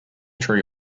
tree